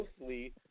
mostly